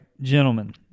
gentlemen